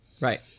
Right